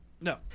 No